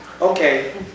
Okay